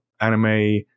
anime